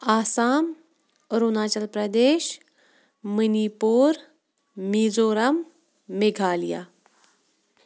Assam Arunachal Pradesh Manipur Mizoram Meghalaya